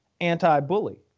anti-bully